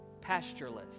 pastureless